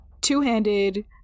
two-handed